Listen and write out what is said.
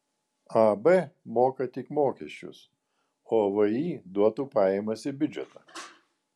ab moka tik mokesčius o vį duotų pajamas į biudžetą